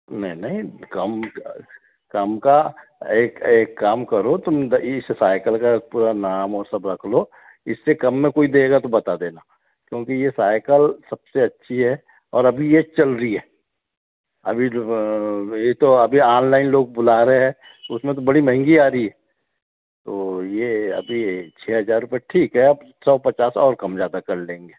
नहीं नहीं कम का कम का एक एक काम करो तुम इस सायकल का पूरा नाम और सब रख लो इससे कम में कोई देगा तो बता देना क्योंकि ये सायकल सबसे अच्छी है और अभी ये चल रही हैं अभी ये तो अभी ऑनलाइन लोग बुला रहे हैं उसमें तो बड़ी महँगी आ रही है तो ये अभी छः हजार रुपए ठीक है अब सौ पचास और कम ज़्यादा कर लेंगे